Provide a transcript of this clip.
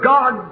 God